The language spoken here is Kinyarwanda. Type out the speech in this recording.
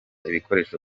ibikoresho